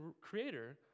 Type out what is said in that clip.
creator